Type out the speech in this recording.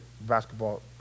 basketball